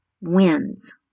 wins